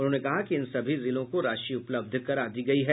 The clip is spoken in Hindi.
उन्होंने कहा कि इन सभी जिलों को राशि उपलब्ध करा दी गयी है